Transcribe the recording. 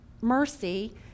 mercy